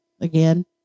Again